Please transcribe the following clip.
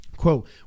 Quote